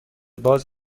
باز